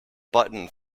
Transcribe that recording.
button